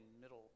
middle